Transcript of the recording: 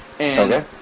Okay